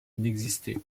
n’existait